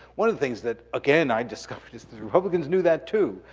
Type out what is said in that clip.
one of the things that, again i discovered this, the republicans knew that, too.